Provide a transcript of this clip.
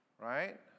Right